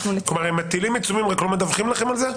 הם מטילים עיצומים רק לא מדווחים לכם על זה?